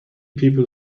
people